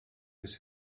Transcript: with